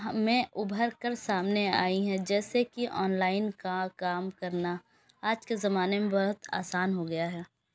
ہمیں ابھر کر سامنے آئی ہیں جیسے کہ آن لائن کا کام کرنا آج کے زمانے میں بہت آسان ہو گیا ہے